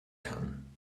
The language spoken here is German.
kann